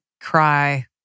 cry